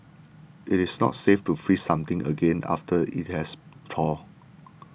it is not safe to freeze something again after it has thawed